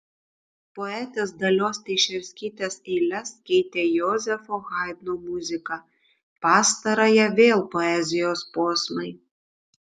poetės dalios teišerskytės eiles keitė jozefo haidno muzika pastarąją vėl poezijos posmai